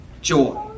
joy